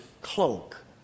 cloak